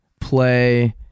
play